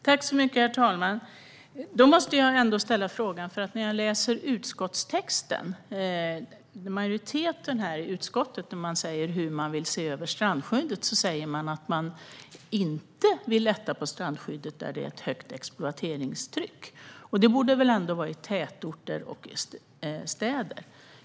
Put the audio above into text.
Herr talman! I utskottstexten, där utskottsmajoriteten talar om hur man vill se över strandskyddet, säger man att man inte vill lätta på strandskyddet där det är ett högt exploateringstryck. Det borde väl ändå vara i tätorter och städer?